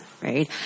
right